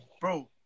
bro